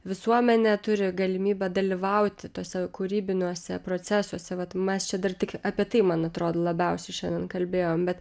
visuomenė turi galimybę dalyvauti tuose kūrybiniuose procesuose vat mes čia dar tik apie tai man atrodo labiausiai šiandien kalbėjom bet